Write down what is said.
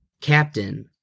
captain